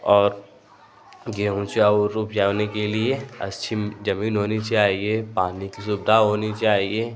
और गेहूँ चाउर उपजाने के लिए अच्छी जमीन होनी चाहिए पानी की सुविधा होनी चाहिए